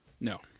No